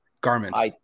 garments